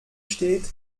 steht